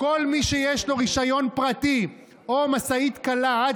כל מי שיש לו רישיון פרטי או משאית קלה עד